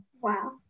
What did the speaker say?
wow